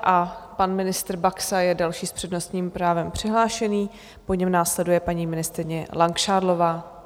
A pan ministr Baxa je další s přednostním právem přihlášený, po něm následuje paní ministryně Langšádlová.